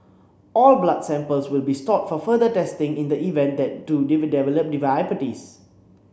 all blood samples will be stored for further testing in the event that do it develop diabetes